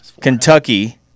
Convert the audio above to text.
Kentucky